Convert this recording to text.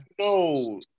No